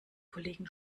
kollegen